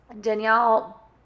Danielle